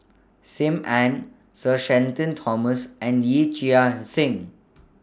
SIM Ann Sir Shenton Thomas and Yee Chia Hsing